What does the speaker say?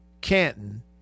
Canton